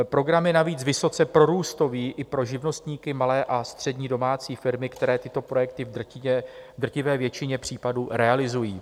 Program je navíc vysoce prorůstový i pro živnostníky, malé a střední domácí firmy, které tyto projekty v drtivé většině případů realizují.